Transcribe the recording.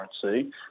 currency